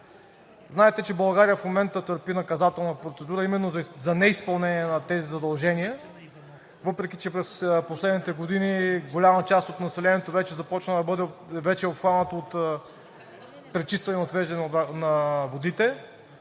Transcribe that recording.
Знаете, че България в момента търпи наказателна процедура именно за неизпълнение на тези задължения. Въпреки че през последните години голяма част от населението вече е обхванато от пречистване и отвеждане на водите,